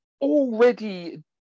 already